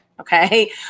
Okay